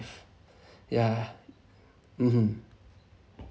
yeah mmhmm